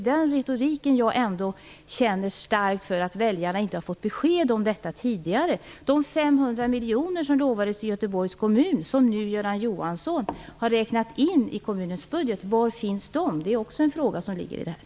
Trots retoriken har inte väljarna fått besked om detta tidigare. De 500 miljoner kronorna som utlovades till Göteborgs kommun och som nu Göran Johansson har räknat in i kommunens budget, var finns de? Det är också en fråga i detta sammanhang.